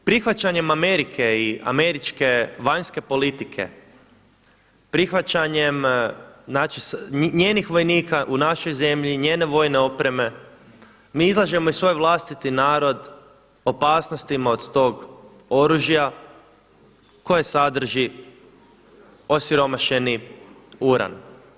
I prihvaćanjem Amerike i američke vanjske politike, prihvaćanjem njenih vojnika u našoj zemlji, njene vojne opreme, mi izlažemo i svoj vlastiti narod opasnostima od tog oružja koje sadrži osiromašeni uran.